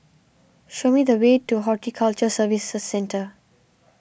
show me the way to Horticulture Services Centre